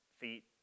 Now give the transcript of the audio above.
feet